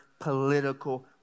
political